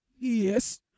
Yes